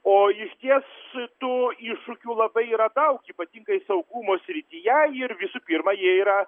o išties tų iššūkių labai yra daug ypatingai saugumo srityje ir visų pirma jie yra